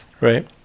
right